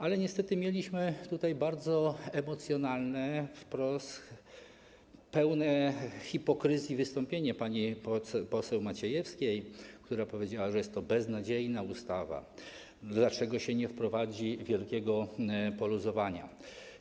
Ale niestety mieliśmy tutaj bardzo emocjonalne, wprost pełne hipokryzji wystąpienie pani poseł Maciejewskiej, która powiedziała, że jest to beznadziejna ustawa i zapytała, dlaczego się nie wprowadzi wielkiego poluzowania.